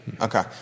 Okay